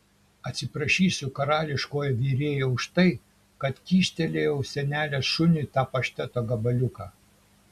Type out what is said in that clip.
atsiprašysiu karališkojo virėjo už tai kad kyštelėjau senelės šuniui tą pašteto gabaliuką